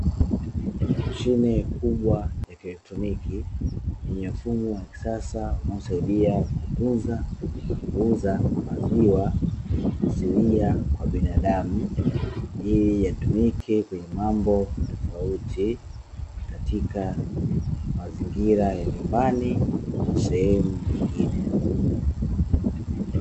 Mashine kubwa ya kielektroniki yenye mfumo wa kisasa unaosaidia kutunza na kuuza maziwa asilia kwa binadamu, ili yatumike kwenye mambo tofauti katika mazingira ya nyumbani na sehemu nyingine.